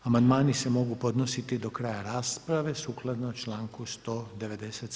Amandmani se mogu podnositi do kraja rasprave sukladno članku 197.